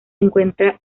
encuentra